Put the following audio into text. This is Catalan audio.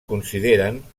consideren